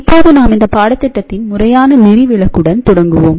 இப்போது நாம் இந்த பாடத்திட்டத்தின் முறையான நெறி வெளிக்குடன் தொடங்குவோம்